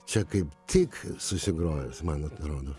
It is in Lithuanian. čia kaip tik susigrojęs man atrodo